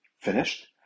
finished